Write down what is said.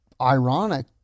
ironic